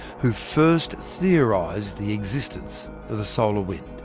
who first theorised the existence of the solar wind.